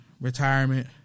retirement